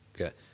okay